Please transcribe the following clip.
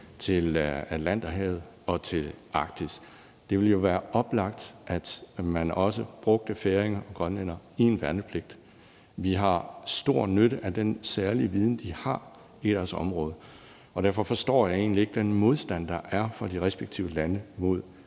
til Atlanterhavet og til Arktis. Det ville jo være oplagt, at man også brugte færinger og grønlændere i værnepligten. Vi har stor nytte af den særlige viden, de har om deres område, og derfor forstår jeg ikke den modstand, der er fra de respektive landes